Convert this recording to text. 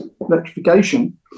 electrification